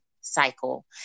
cycle